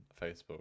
Facebook